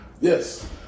Yes